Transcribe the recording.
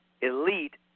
elite